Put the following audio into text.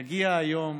יגיע היום